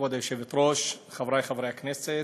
כבוד היושבת-ראש, חברי חברי הכנסת,